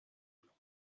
ﮐﺸﯿﺪﯾﻢ